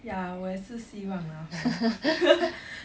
ya 我也是希望 lah hor